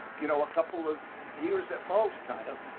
you know, a couple of years at most, kind of.